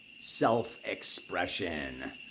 self-expression